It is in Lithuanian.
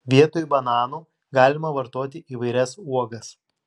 vietoj bananų galima vartoti įvairias uogas